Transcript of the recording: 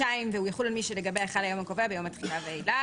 חודשיים...והוא יחול על מי שלגביה חל היום הקובע ביום התחילה ואילך.